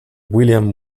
william